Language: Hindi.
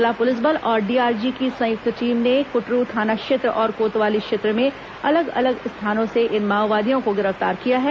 जिला पुलिस बल और डीआरजी की संयुक्त टीम ने कुटरू थाना क्षेत्र और कोतवाली क्षेत्र में अलग अलग स्थानों से इन माओवादियों को गिरफ्तार किया है